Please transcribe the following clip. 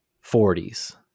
forties